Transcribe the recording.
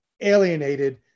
alienated